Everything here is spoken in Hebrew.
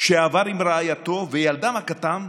שעבר עם רעייתו וילדם הקטן,